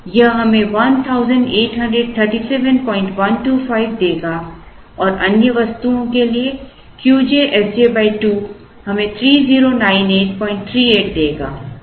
तो यह हमें 1837125 देगा और अन्य वस्तुओं के लिए Qj Sj 2 हमें 309838 देगा